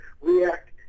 react